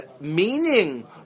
meaning